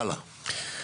הלאה.